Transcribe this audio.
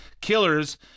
killers